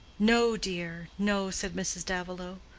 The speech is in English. no, dear no, said mrs. davilow.